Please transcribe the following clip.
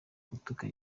gutuka